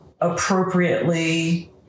appropriately